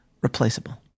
replaceable